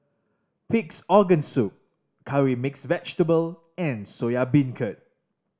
Pig's Organ Soup Curry Mixed Vegetable and Soya Beancurd